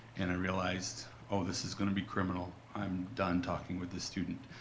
and i realized, oh, this is gonna be criminal. i'm done talking with the student.